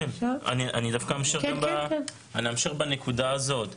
אני אמשיך בנקודה הזאת.